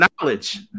knowledge